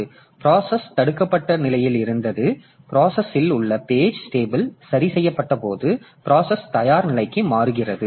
முன் பிராசஸ் தடுக்கப்பட்ட நிலையில் இருந்தது ப்ராசஸ்இல் உள்ள பேஜ் டேபிள் சரிசெய்யப்பட்டபோது ப்ராசஸ் தயார் நிலைக்கு மாறுகிறது